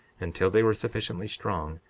until they were sufficiently strong,